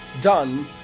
done